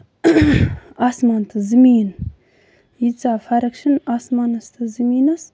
آسمان تہٕ زٔمیٖن ییٖژہ فرق چھنہٕ آسمَانَس تہٕ زٔمیٖنَس